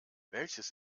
welches